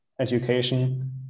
education